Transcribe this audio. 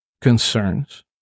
concerns